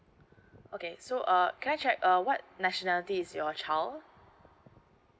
okay so uh can I check uh what nationality is your child